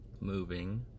moving